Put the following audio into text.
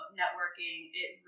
networking—it